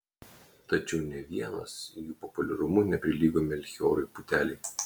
tačiau nė vienas jų populiarumu neprilygo melchijorui putelei